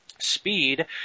speed